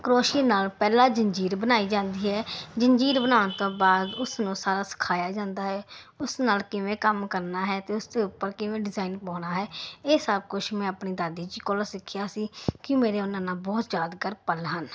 ਕਰੋਸ਼ੀਏ ਨਾਲ ਪਹਿਲਾਂ ਜੰਜੀਰ ਬਣਾਈ ਜਾਂਦੀ ਹੈ ਜੰਜੀਰ ਬਣਾਉਣ ਤੋਂ ਬਾਅਦ ਉਸ ਨੂੰ ਸਾਰਾ ਸਿਖਾਇਆ ਜਾਂਦਾ ਹੈ ਉਸ ਨਾਲ ਕਿਵੇਂ ਕੰਮ ਕਰਨਾ ਹੈ ਅਤੇ ਉਸ ਦੇ ਉੱਪਰ ਕਿਵੇਂ ਡਿਜ਼ਾਇਨ ਪਾਉਣਾ ਹੈ ਇਹ ਸਭ ਕੁਝ ਮੈਂ ਆਪਣੀ ਦਾਦੀ ਜੀ ਕੋਲੋਂ ਸਿੱਖਿਆ ਸੀ ਕਿ ਮੇਰੇ ਉਹਨਾਂ ਨਾਲ ਬਹੁਤ ਯਾਦਗਾਰ ਪਲ ਹਨ